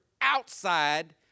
outside